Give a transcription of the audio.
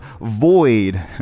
void